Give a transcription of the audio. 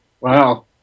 Wow